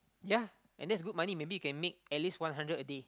ya and that's good money maybe you can make at least one hundred a day